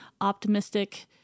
optimistic